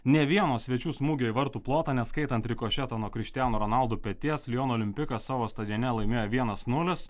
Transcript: nė vieno svečių smūgio į vartų plotą neskaitant rikošeto nuo cristiano ronaldo peties liono olimpikas savo stadione laimėjo vienas nulis